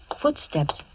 Footsteps